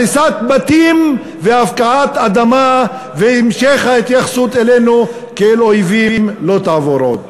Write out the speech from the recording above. הריסת בתים והפקעת אדמה והמשך ההתייחסות אלינו כאל אויבים לא יעברו עוד.